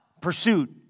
Pursuit